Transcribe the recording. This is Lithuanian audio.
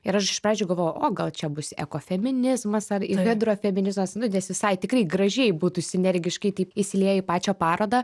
ir aš iš pradžių galvojau o gal čia bus ekofeminizmas ar hidrofeminizmas nes visai tikrai gražiai būtų sinergiškai taip įsilieję į pačią parodą